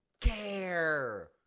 care